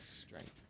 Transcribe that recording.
strength